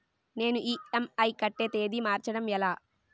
నేను ఇ.ఎం.ఐ కట్టే తేదీ మార్చడం ఎలా?